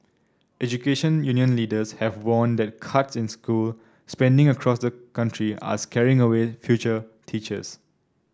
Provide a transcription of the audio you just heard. education union leaders have warned that cuts in school spending across the country are scaring away future teachers